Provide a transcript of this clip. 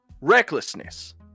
recklessness